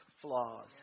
flaws